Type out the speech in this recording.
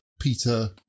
Peter